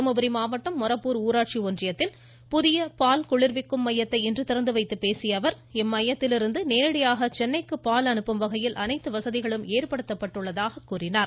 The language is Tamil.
தர்மபுரி மாவட்டம் மொரப்பூர் ஊராட்சி ஒன்றியத்தில் புதிய பால் குளிர்விக்கும் மையத்தை இன்று திறந்து வைத்துப் பேசிய அவர் இந்த மையத்திலிருந்து நேரடியாக சென்னைக்கு பால் அனுப்பும் வகையில் அனைத்து வசதிகளும் ஏற்படுத்தப்பட்டுள்ளதாக கூறினார்